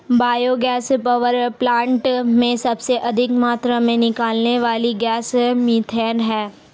bio gas power plant में सबसे अधिक मात्रा में निकलने वाली गैस मिथेन है